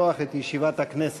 ישיבת הכנסת.